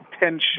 attention